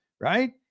right